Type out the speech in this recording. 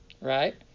right